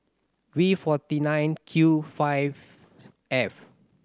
V forty nine Q five F